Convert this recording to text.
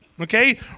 okay